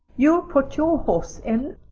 you'll put your horse in?